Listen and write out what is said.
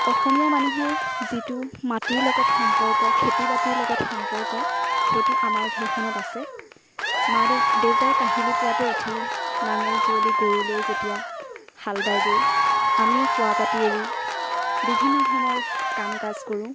অসমীয়া মানুহৰ যিটো মাটিৰ লগত সম্পৰ্ক খেতি বাতিৰ লগত সম্পৰ্ক সেইটো আমাৰ ঘৰখনত আছে মা দেউ দেউতাই কাহিলী পোৱাতে উঠি নাঙল যুঁৱলি গৰুলৈ যেতিয়া হাল বাইগৈ আমিও শুৱা পাটি এৰি বিভিন্ন ধৰণৰ কাম কাজ কৰোঁ